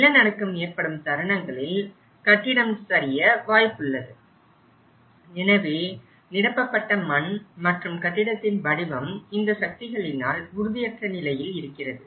நிலநடுக்கம் ஏற்படும் தருணங்களில் கட்டிடம் சரிய வாய்ப்புள்ளது எனவே நிரப்பப்பட்ட மண் மற்றும் கட்டிடத்தின் வடிவம் இந்த சக்திகளினால் உறுதியற்ற நிலையில் இருக்கிறது